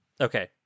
Okay